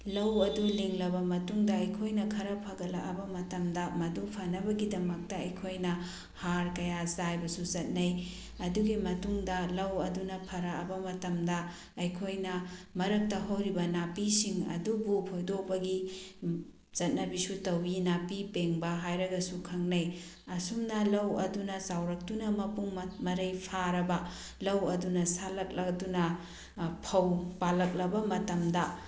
ꯂꯧ ꯑꯗꯨ ꯂꯤꯡꯂꯕ ꯃꯇꯨꯡꯗ ꯑꯩꯈꯣꯏꯅ ꯈꯔ ꯐꯒꯠꯂꯛꯑꯕ ꯃꯇꯝꯗ ꯃꯗꯨ ꯐꯅꯕꯒꯤꯗꯃꯛꯇ ꯑꯩꯈꯣꯏꯅ ꯍꯥꯔ ꯀꯌꯥ ꯆꯥꯏꯕꯁꯨ ꯆꯠꯅꯩ ꯑꯗꯨꯒꯤ ꯃꯇꯨꯡꯗ ꯂꯧ ꯑꯗꯨꯅ ꯐꯔꯛꯑꯕ ꯃꯇꯝꯗ ꯑꯩꯈꯣꯏꯅ ꯃꯔꯛꯇ ꯍꯧꯔꯤꯕ ꯅꯥꯄꯤꯁꯤꯡ ꯑꯗꯨꯕꯨ ꯐꯣꯏꯗꯣꯛꯄꯒꯤ ꯆꯠꯅꯕꯤꯁꯨ ꯇꯧꯏ ꯅꯥꯄꯤ ꯄꯦꯡꯕ ꯍꯥꯏꯔꯒꯁꯨ ꯈꯪꯅꯩ ꯑꯁꯨꯝꯅ ꯂꯧ ꯑꯗꯨꯅ ꯆꯥꯎꯔꯛꯇꯨꯅ ꯃꯄꯨꯡ ꯃꯔꯩ ꯐꯥꯔꯕ ꯂꯧ ꯑꯗꯨꯅ ꯁꯥꯠꯂꯛꯂꯗꯨꯅ ꯐꯧ ꯄꯥꯜꯂꯛꯂꯕ ꯃꯇꯝꯗ